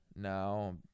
now